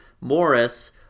Morris